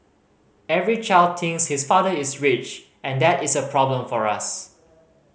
every child thinks his father is rich and that is a problem for us